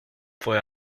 fue